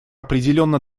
определенно